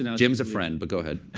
and jim's a friend. but go ahead.